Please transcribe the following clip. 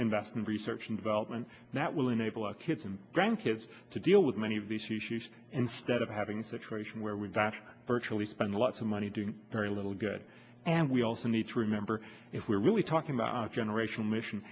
invest in research and development that will enable our kids and grandkids to deal with many of the species instead of having situation where we've virtually spent lots of money doing very little good and we also need to remember if we're really talking about generational mission